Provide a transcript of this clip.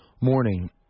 morning